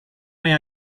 may